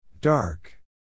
Dark